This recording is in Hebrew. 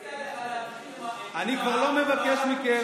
--- אחר כך --- אני כבר לא מבקש מכם